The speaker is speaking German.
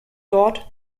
dort